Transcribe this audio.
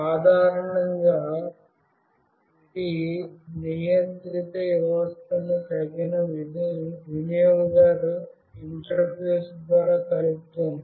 సాధారణంగా ఇది నియంత్రిత వ్యవస్థను తగిన వినియోగదారు ఇంటర్ఫేస్ ద్వారా కలుపుతుంది